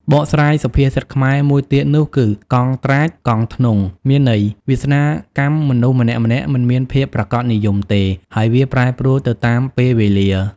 បកស្រាយសុភាសិតខ្មែរ មួយទៀតនោះគឺ កង់ត្រាចកង់ធ្នង់ មានន័យ វាសនាកម្មមនុស្សម្នាក់ៗមិនមានភាពប្រាកដនិយមទេ ហើយវាប្រែប្រួលទៅតាមពេលវេលា ។